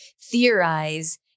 theorize